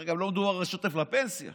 הרי גם לא מדובר לשוטף, לפנסיה?